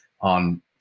on